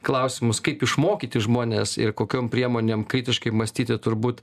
klausimus kaip išmokyti žmones ir kokiom priemonėm kritiškai mąstyti turbūt